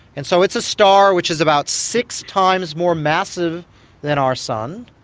and so it's a star which is about six times more massive than our sun.